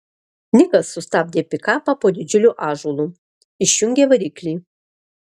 nikas sustabdė pikapą po didžiuliu ąžuolu išjungė variklį